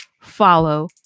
follow